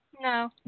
No